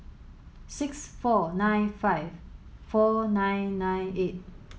six four nine five four nine nine eight